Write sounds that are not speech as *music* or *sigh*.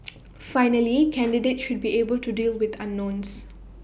*noise* finally candidates should be able to deal with unknowns